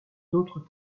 d’autre